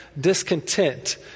discontent